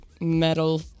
metal